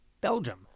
Belgium